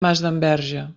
masdenverge